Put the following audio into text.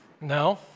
No